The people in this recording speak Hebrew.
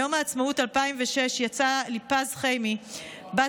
ביום העצמאות 2006 יצאה ליפז חימי בת